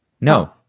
No